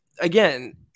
again